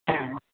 হ্যাঁ